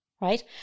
Right